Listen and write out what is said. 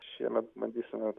šiemet bandysime